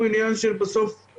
בסוף,